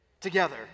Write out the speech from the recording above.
together